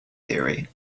theory